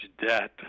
debt